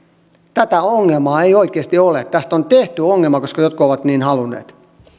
tätä ongelmaa ei oikeasti ole tästä on tehty ongelma koska jotkut ovat niin halunneet sitten